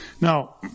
Now